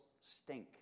stink